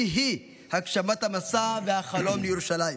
היא-היא הגשמת המסע והחלום לירושלים.